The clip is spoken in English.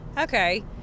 okay